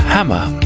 Hammer